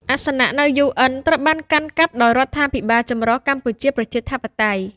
អាសនៈនៅ UN ត្រូវបានកាន់កាប់ដោយរដ្ឋាភិបាលចម្រុះកម្ពុជាប្រជាធិបតេយ្យ។